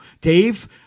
Dave